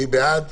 מי בעד?